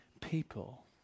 people